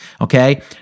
Okay